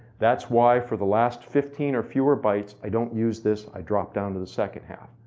that's why for the last fifteen or fewer bytes i don't use this i drop down to the second half.